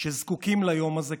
שזקוקים ליום הזה,